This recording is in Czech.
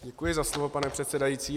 Děkuji za slovo, pane předsedající.